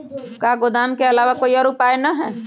का गोदाम के आलावा कोई और उपाय न ह?